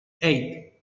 eight